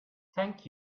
thank